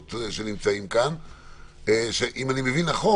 חלקם גם בעקבות הערות שעולות בוועדה --- מתי זה יקרה?